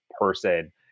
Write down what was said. person